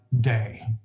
day